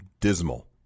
dismal